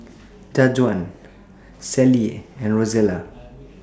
Jajuan Sallie and Rozella